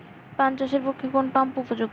পান চাষের পক্ষে কোন পাম্প উপযুক্ত?